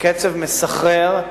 בקצב מסחרר.